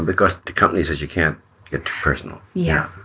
because the company says you can't get too personal, yeah